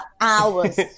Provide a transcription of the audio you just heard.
hours